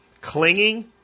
clinging